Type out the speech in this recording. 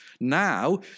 Now